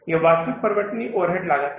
यह वास्तविक परिवर्तनीय ओवरहेड लागत है